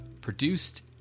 produced